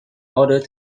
order